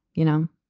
you know,